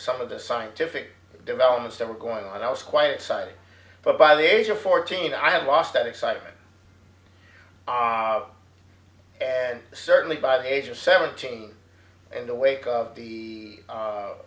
some of the scientific developments that were going on and i was quite excited but by the age of fourteen i had lost that excitement and certainly by the age of seventeen in the wake of the